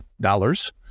dollars